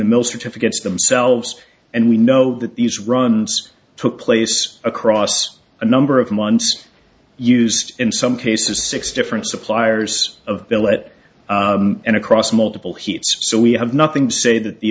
the mill certificates themselves and we know that these runs took place across a number of months used in some cases six different suppliers of billet and across multiple hits so we have nothing to say that the